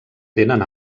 tenen